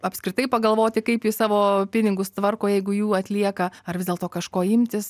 apskritai pagalvoti kaip jis savo pinigus tvarko jeigu jų atlieka ar vis dėlto kažko imtis